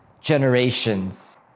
generations